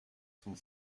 cent